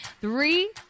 Three